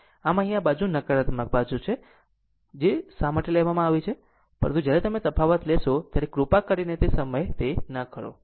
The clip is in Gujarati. આમ અહીં આ બાજુ નકારાત્મક બાજુ છે જે શા માટે લેવામાં આવી છે પરંતુ જ્યારે તમે આ તફાવત લેશો ત્યારે કૃપા કરીને તે સમયે તે ન કરો